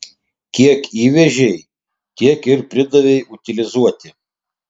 kiek įvežei tiek ir pridavei utilizuoti